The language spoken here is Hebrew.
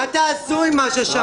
מה תעשו עם מה ששמעתם?